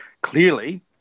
clearly